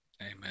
Amen